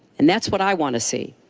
and that's what i want to see.